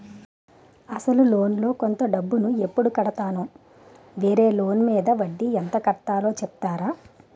అసలు లోన్ లో కొంత డబ్బు ను ఎప్పుడు కడతాను? వేరే లోన్ మీద వడ్డీ ఎంత కట్తలో చెప్తారా?